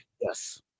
Yes